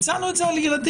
הצענו את זה על ילדים.